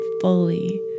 fully